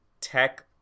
tech